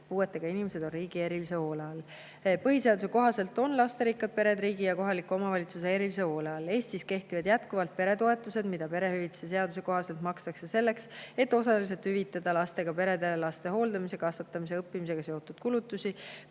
puuetega inimesed on riigi erilise hoole all?" Põhiseaduse kohaselt on lasterikkad pered riigi ja kohaliku omavalitsuse erilise hoole all. Eestis kehtivad jätkuvalt peretoetused, mida perehüvitiste seaduse kohaselt makstakse selleks, et osaliselt hüvitada lastega peredele laste hooldamise, kasvatamise ja õppimisega seotud kulutusi.